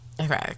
Okay